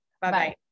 Bye-bye